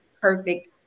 perfect